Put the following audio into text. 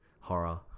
horror